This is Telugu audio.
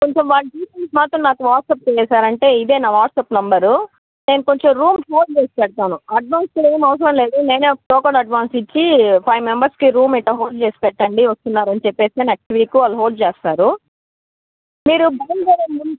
కొంచెం వాళ్ళ డీటైల్స్ మాత్రం నాకు వాట్సాప్ చేసేసారంటే ఇదే నా వాట్సాప్ నంబర్ నేను కొంచెం రూమ్ హోల్డ్ చేసి పెడతాను అడ్వాన్స్ ఏమి అవసరం లేదు నేనే టోకెన్ అడ్వాన్స్ ఇచ్చి ఫైవ్ మెంబెర్స్కి రూమ్ ఇట్టా హోల్డ్ చేసి పెట్టండి వస్తున్నారు అని చెప్పేసి నెక్స్ట్ వీక్ వాళ్ళు హోల్డ్ చేస్తారు మీరు బయలుదేరే ముందు